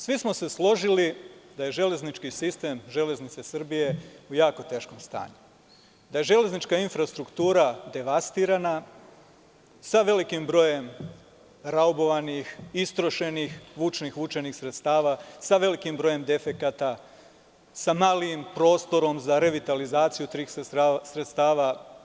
Svi smo se složili da je železnički sistem „Železnice Srbije“ u jako teškom stanju, da je železnička infrastruktura devastirana, sa velikim brojem raubovanih, istrošenih vučnih i vučenih sredstava, sa velikim brojem defekata, sa malim prostorom za revitalizaciju tih sredstava.